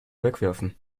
wegwerfen